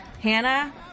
Hannah